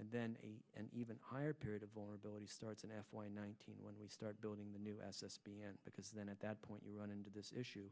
and then an even higher period of vulnerability starts n f y nineteen when we start building the new s s p and because then at that point you run into this issue